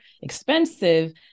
expensive